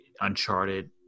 Uncharted